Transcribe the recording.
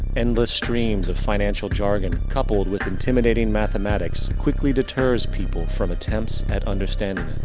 endless streams of financial jargon, coupled with intimidating mathematics, quickly deters people from attempts at understanding